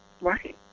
Right